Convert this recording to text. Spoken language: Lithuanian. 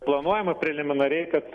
planuojama preliminariai kad